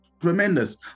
tremendous